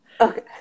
Okay